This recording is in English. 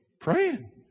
praying